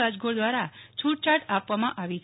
રાજગોર દ્વારા છૂટછાટ આપવામાં આવી છે